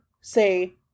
say